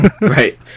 Right